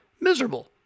miserable